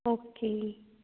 okay